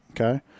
okay